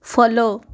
follow